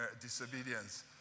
disobedience